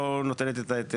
לא נותנת את ההיתר.